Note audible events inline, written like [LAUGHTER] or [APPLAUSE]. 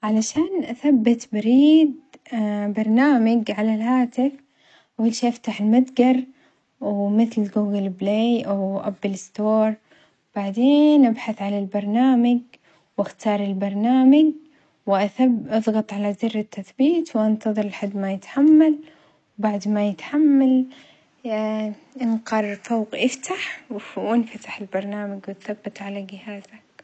علشان أثبت بريد [HESITATION] برنامج على الهاتف أول شي أفتح المتجر ومثل جوجل بلاي أو متجرأبل، وبعدين أبحث عن البرنامج وأختار البرنامج وأثب أضغط على زر التثبيت وأنتظر لحد ما يتحمل، وبعد ما يتحمل انقر فوق افتح وانفتح البرنامج واتثبت على جهازك.